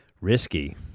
risky